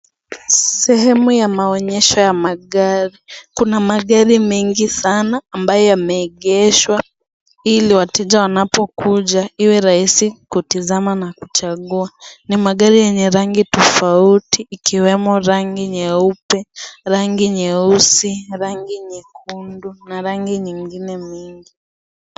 Sehemu ya maonyesho ya magari, kuna magari mengi sana ambayo yameegeshwa ili wateja wanapokuja iwe rahisi kutazama na kuchagua. Ni magari yenye gari tofauti ikiwemo rangi nyeupe, rangi nyeusi, rangi nyekundu na rangi nyingine mingi.